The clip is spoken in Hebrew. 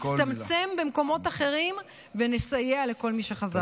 נצטמצם במקומות אחרים ונסייע לכל מי שחזר.